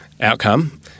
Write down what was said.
outcome